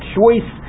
choice